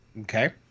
Okay